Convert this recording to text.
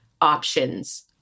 Options